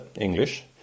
English